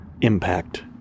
impact